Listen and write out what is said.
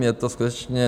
Je to skutečně...